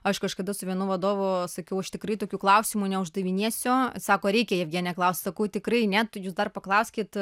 aš kažkada su vienu vadovu sakiau aš tikrai tokių klausimų neuždavinėsiu sako reikia jevgenija klaust sakau tikrai ne jūs dar paklauskit